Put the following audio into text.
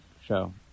show